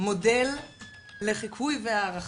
מודל לחיקוי והערכה.